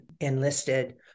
enlisted